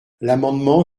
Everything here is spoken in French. l’amendement